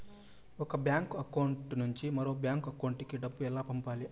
ఒక bank account నుంచి మరొక బ్యాంకు అకౌంట్ కు డబ్బు ఎలా పంపాలి